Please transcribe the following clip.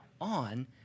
on